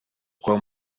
kwa